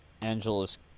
Angela's